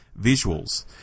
visuals